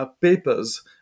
Papers